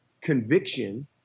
conviction